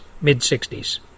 mid-60s